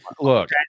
look